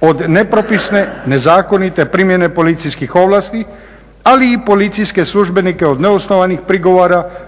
od nepropisne, nezakonite primjene policijskih ovlasti, ali i policijske službenike od neosnovanih prigovora